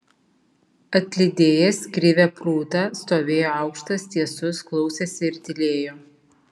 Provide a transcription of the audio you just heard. atlydėjęs krivę prūtą stovėjo aukštas tiesus klausėsi ir tylėjo